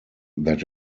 that